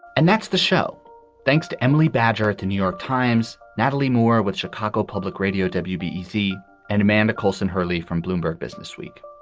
and that's the show thanks to emily badger at the new york times. natalie moore with chicago public radio but wbc and amanda colson whurley from bloomberg businessweek.